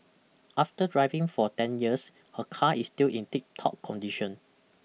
after driving for ten years her car is still in tiptop condition